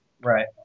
Right